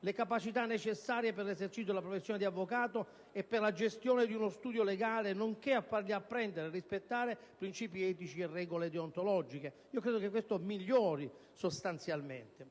le capacità necessarie per l'esercizio della professione di avvocato e per la gestione di uno studio legale nonché a fargli apprendere e rispettare principi etici e regole deontologiche». Credo che tale previsione sia un sostanziale